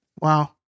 wow